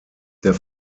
der